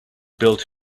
built